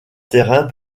terrains